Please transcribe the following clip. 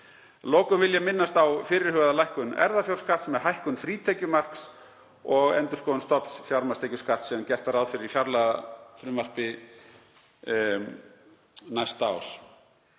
lokum vil ég minnast á fyrirhugaða lækkun erfðafjárskatts með hækkun frítekjumarks og endurskoðun stofns fjármagnstekjuskatts sem gert var ráð fyrir í fjárlagafrumvarpi næsta árs.